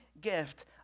gift